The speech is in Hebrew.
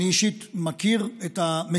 אני גם מגיע לראות